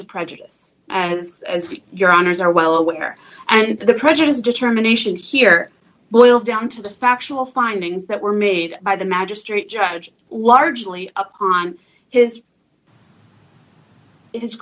to prejudice and is your honour's are well aware and the prejudice determination here boils down to the factual findings that were made by the magistrate judge largely on his his